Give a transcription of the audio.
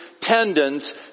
tendons